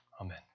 Amen